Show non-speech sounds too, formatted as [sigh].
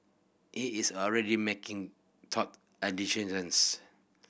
he is already making [unintelligible] and decisions